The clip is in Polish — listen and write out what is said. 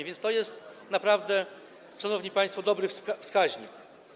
A więc to jest naprawdę, szanowni państwo, dobry wskaźnik.